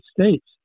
States